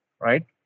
right